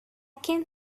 can